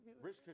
Rich